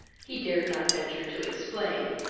he dared not venture to explain.